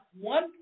one